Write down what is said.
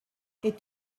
est